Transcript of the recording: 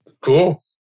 Cool